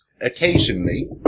occasionally